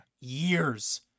years